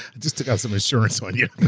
just took out some insurance on you.